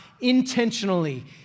intentionally